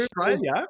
Australia